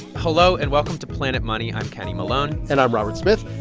hello, and welcome to planet money. i'm kenny malone and i'm robert smith.